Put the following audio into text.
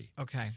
okay